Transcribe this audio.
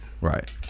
right